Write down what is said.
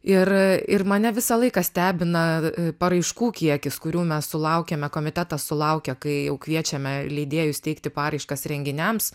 ir ir mane visą laiką stebina paraiškų kiekis kurių mes sulaukiame komitetas sulaukia kai jau kviečiame leidėjus teikti paraiškas renginiams